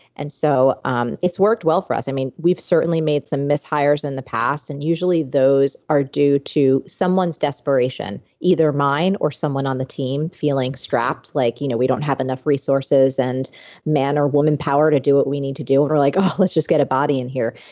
and so um it's worked well for us. i mean, we've certainly made some mis-hires in the past and usually those are due to someone's desperation, either mine or someone on the team feeling strapped like you know we don't have enough resources and man or woman power to do what we need to do. and we're like ah let's just get a body in here.